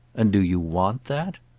and do you want that?